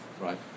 Right